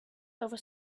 over